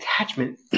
attachment